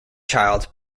child